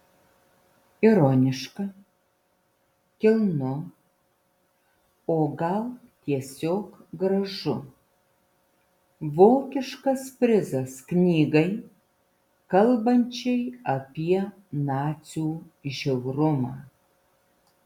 ironiška kilnu o gal tiesiog gražu vokiškas prizas knygai kalbančiai apie nacių žiaurumą